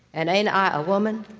and ain't i a woman?